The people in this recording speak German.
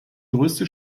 größte